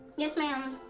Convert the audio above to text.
yes, ma'am.